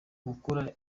mukura